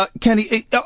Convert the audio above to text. Kenny